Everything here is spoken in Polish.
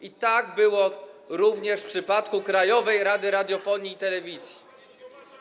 I tak było również w przypadku Krajowej Rady Radiofonii i Telewizji.